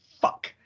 fuck